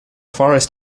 forest